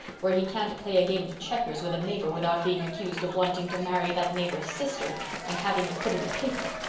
where he can't play a game of checkers with a neighbor without being accused of wanting to marry that neighbor's sister and having it put in the paper.